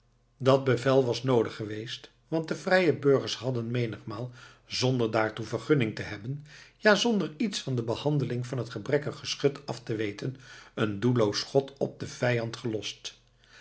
dat bevel was noodig geweest want de vrije burgers hadden menigmaal zonder daartoe vergunning te hebben ja zonder iets van de behandeling van het gebrekkige geschut af te weten een doelloos schot op den vijand gelost